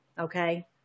Okay